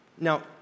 Now